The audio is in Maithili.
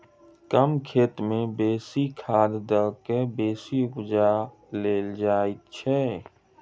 कम खेत मे बेसी खाद द क बेसी उपजा लेल जाइत छै